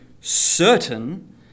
certain